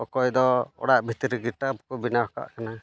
ᱚᱠᱚᱭ ᱫᱚ ᱚᱲᱟᱜ ᱵᱷᱤᱛᱨᱤ ᱨᱮᱜᱮ ᱴᱮᱯ ᱠᱚ ᱵᱮᱱᱟᱣ ᱠᱟᱜ ᱠᱟᱱᱟ